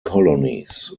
colonies